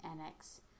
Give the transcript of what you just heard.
annex